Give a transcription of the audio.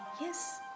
Yes